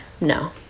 No